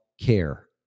care